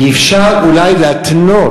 אפשר אולי להתנות.